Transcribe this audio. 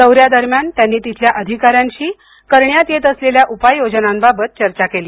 दौऱ्यादरम्यान त्यांनी तिथल्या अधिकाऱ्यांशी करण्यात येत असलेल्या उपाययोजनांबाबत चर्चा केली